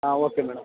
um okay madam